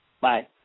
Bye